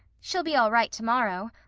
she'll be all right tomorrow.